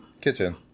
kitchen